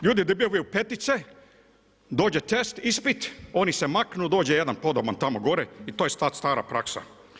Ljudi dobivaju petice, dođe test, ispit, oni se maknu, dođe jedan podoban tamo gore i to je stara praksa.